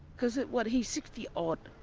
because, what, he's sixty odd,